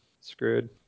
Screwed